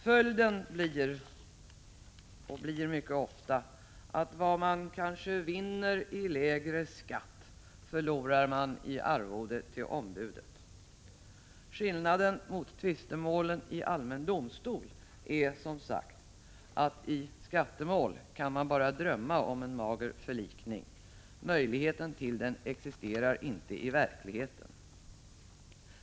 Följden blir mycket ofta att vad man kanske vinner i lägre skatt förlorar man i arvode till ombudet. Skillnaden mot tvistemålen i allmän domstol är som sagt att man i skattemål bara kan drömma om en mager förlikning. Möjligheten till den existerar inte i verkligheten.